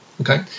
Okay